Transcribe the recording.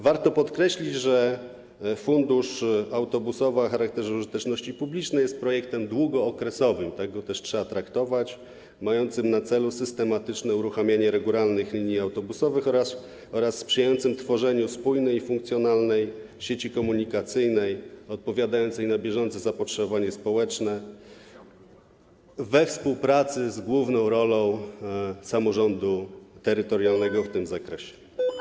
Warto podkreślić, że fundusz autobusowy o charakterze użyteczności publicznej jest projektem długookresowym - tak też trzeba go traktować - mającym na celu systematyczne uruchamianie regularnych linii autobusowych oraz sprzyjającym tworzeniu wspólnej i funkcjonalnej sieci komunikacyjnej odpowiadającej na bieżące zapotrzebowanie społeczne we współpracy i z główną rolą samorządu terytorialnego w tym zakresie.